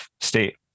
state